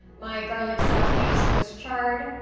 my garlic sauteed swiss chard,